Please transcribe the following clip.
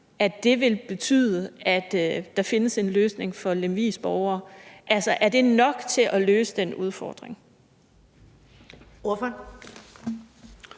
nævner, vil betyde, at der findes en løsning for Lemvigs borgere? Altså, er det nok til at løse den udfordring?